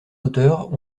auteurs